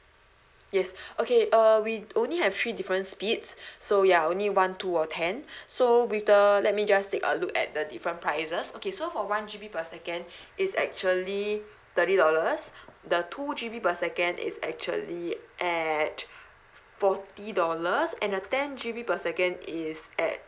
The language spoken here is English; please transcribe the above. yes okay uh we only have three different speeds so ya only one two or ten so with the let me just take a look at the different prices okay so for one G_B per second is actually thirty dollars the two G_B per second is actually at forty dollars and the ten G_B per second is at